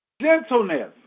Gentleness